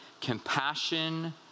compassion